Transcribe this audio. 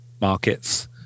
markets